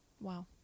Wow